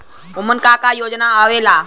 उमन का का योजना आवेला?